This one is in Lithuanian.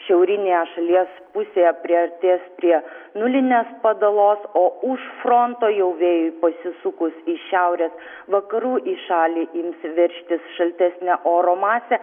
šiaurinėje šalies pusėje priartės prie nulinės padalos o už fronto jau vėjui pasisukus iš šiaurės vakarų į šalį ims veržtis šaltesnė oro masė